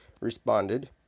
Responded